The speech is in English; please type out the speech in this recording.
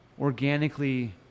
organically